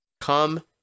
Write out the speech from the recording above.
come